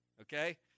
Okay